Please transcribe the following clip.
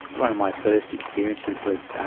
one of my first experiences was